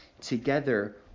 together